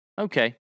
okay